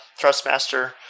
Thrustmaster